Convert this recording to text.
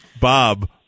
Bob